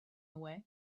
away